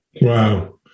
Wow